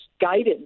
guidance